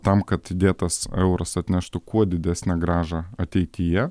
tam kad įdėtas euras atneštų kuo didesnę grąžą ateityje